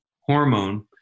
hormone